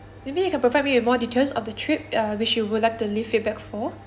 maybe you can provide me with more details of the trip uh which you would like to leave feedback for